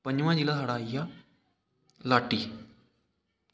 पंजमा जि'ला साढ़ा आई गेआ लाटी